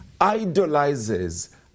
idolizes